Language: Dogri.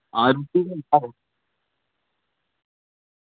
आं ओह्